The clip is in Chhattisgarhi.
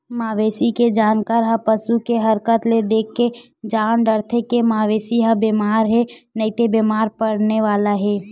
मवेशी के जानकार ह पसू के हरकत ल देखके जान डारथे के मवेशी ह बेमार हे नइते बेमार परने वाला हे